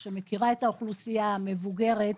שמכירה את האוכלוסייה המבוגרת,